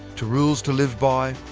to rules to live by,